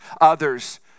others